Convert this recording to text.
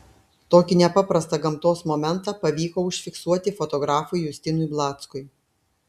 tokį nepaprastą gamtos momentą pavyko užfiksuoti fotografui justinui blackui